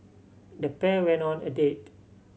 the pair went on a date